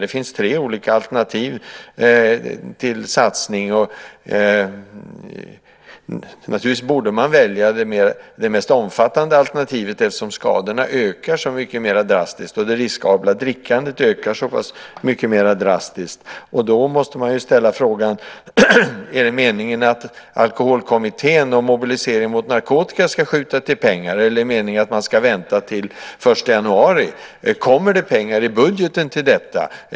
Det finns tre olika alternativ till satsning, och naturligtvis borde man välja det mest omfattande alternativet eftersom skadorna och det riskabla drickandet ökar så pass drastiskt. Då måste man ställa frågan: Är det meningen att Alkoholkommittén och Mobilisering mot narkotika ska skjuta till pengar, eller är det meningen att man ska vänta till den 1 januari? Kommer det pengar i budgeten till detta?